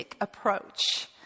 approach